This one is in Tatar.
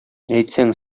әйтсәң